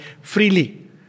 freely